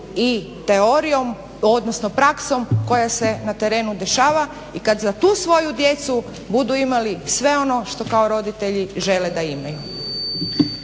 i teorijom, odnosno praksom koja se na terenu dešava i kad za tu svoju djecu budu imali sve ono što kao roditelji žele da imaju.